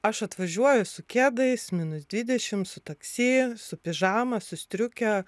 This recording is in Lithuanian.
aš atvažiuoju su kedais minus dvidešim su taksi su pižama su striuke